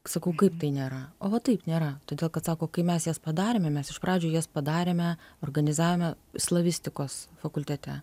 sakau kaip tai nėra o va taip nėra todėl kad sako kai mes jas padarėme mes iš pradžių jas padarėme organizavome slavistikos fakultete